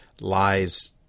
lies